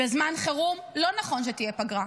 בזמן חירום לא נכון שתהיה פגרה,